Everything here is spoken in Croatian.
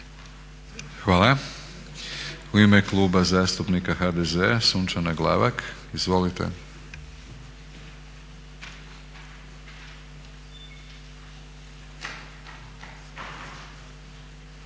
Hvala. U ime Kluba zastupnika HDZ-a Sunčana Glavak. Izvolite.